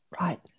Right